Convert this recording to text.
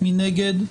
מי נגד?